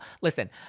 Listen